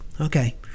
Okay